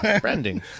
Branding